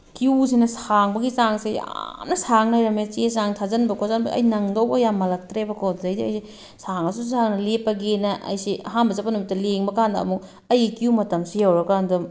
ꯀ꯭ꯋꯨꯁꯤꯅ ꯁꯥꯡꯕꯒꯤ ꯆꯥꯡꯁꯦ ꯌꯥꯝꯅ ꯁꯥꯡ ꯂꯩꯔꯃꯃꯦ ꯆꯦ ꯆꯥꯡ ꯊꯥꯖꯟꯕ ꯈꯣꯠꯆꯟꯕ ꯑꯩ ꯅꯪꯗꯧꯗ ꯌꯥꯝ ꯃꯥꯜꯂꯛꯇ꯭ꯔꯦꯕꯀꯣ ꯑꯗꯨꯗꯩꯗꯤ ꯑꯩꯁꯦ ꯁꯥꯡꯉꯁꯨ ꯁꯥꯡꯅ ꯂꯦꯞꯄꯒꯦꯅ ꯑꯩꯁꯦ ꯑꯍꯥꯟꯕ ꯆꯠꯄ ꯅꯨꯃꯤꯠꯇ ꯂꯦꯡꯕ ꯀꯥꯟꯗ ꯑꯃꯨꯛ ꯑꯩ ꯀ꯭ꯋꯨ ꯃꯇꯝꯁꯦ ꯌꯧꯔꯒ ꯀꯥꯟꯗ